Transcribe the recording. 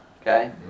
Okay